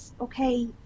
Okay